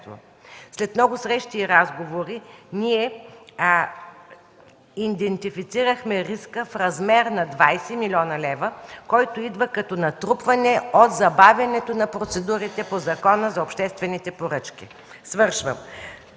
След много срещи и разговори ние идентифицирахме риска в размер на 20 млн. лв., който идва като натрупване от забавянето на процедурите по Закона за обществените поръчки.